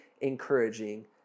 encouraging